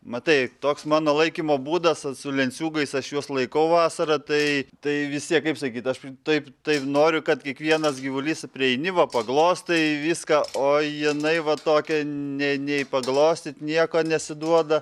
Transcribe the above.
matai toks mano laikymo būdas su lenciūgais aš juos laikau vasarą tai tai vis tiek kaip sakyt aš taip taip noriu kad kiekvienas gyvulys prieini va paglostai viską o jinai va tokia nei nei paglostyt nieko nesiduoda